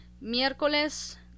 miércoles